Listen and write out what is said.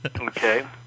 Okay